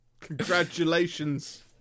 congratulations